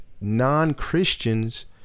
non-Christians